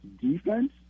defense